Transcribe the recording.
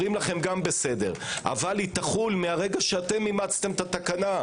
אומרים לכם: בסדר אבל היא תחול מרגע שאתם אימצתם את התקנה.